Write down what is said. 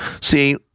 See